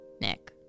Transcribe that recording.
Nick